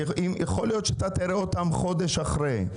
יכול להיות שאתה תראה אותם חודש אחרי.